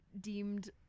deemed